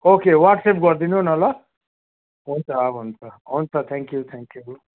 okay WhatsApp गरिदिनु न ल हुन्छ हुन्छ हुन्छ थ्याङ्क्यु थ्याङ्क्यु